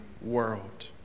world